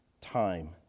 time